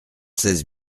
seize